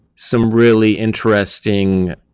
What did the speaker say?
some really interesting